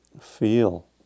feel